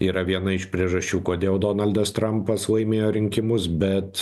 yra viena iš priežasčių kodėl donaldas trampas laimėjo rinkimus bet